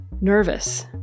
nervous